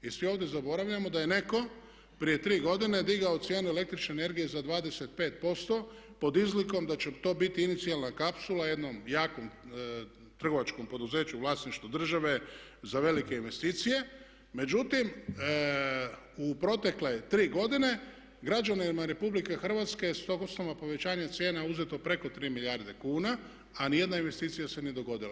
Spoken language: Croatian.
I svi ovdje zaboravljamo da je netko prije 3 godine digao cijenu električne energije za 25% pod izlikom da će to biti inicijalna kapsula jednom jakom trgovačkom poduzeću u vlasništvu države za velike investicije, međutim u protekle 3 godine građanima Republike Hrvatske je s tog osnova povećanja cijena uzeto preko 3 milijarde kuna a niti jedna investicija se nije dogodila.